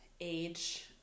age